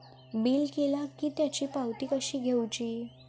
Bill केला की त्याची पावती कशी घेऊची?